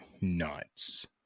nuts